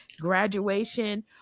graduation